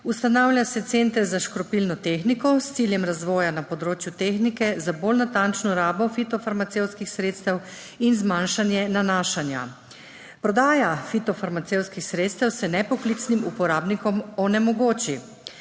ustanavlja se center za škropilno tehniko s ciljem razvoja na področju tehnike za bolj natančno rabo fitofarmacevtskih sredstev in zmanjšanje nanašanja. Prodaja fitofarmacevtskih sredstev se nepoklicnim uporabnikom onemogoči.